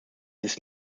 ist